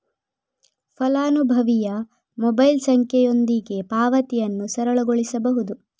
ಫಲಾನುಭವಿಯ ಮೊಬೈಲ್ ಸಂಖ್ಯೆಯೊಂದಿಗೆ ಪಾವತಿಯನ್ನು ಸರಳಗೊಳಿಸುವುದು